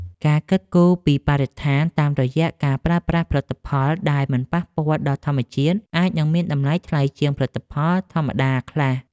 ការគិតគូរពីបរិស្ថានតាមរយៈការប្រើប្រាស់ផលិតផលដែលមិនប៉ះពាល់ដល់ធម្មជាតិអាចនឹងមានតម្លៃថ្លៃជាងផលិតផលធម្មតាខ្លះ។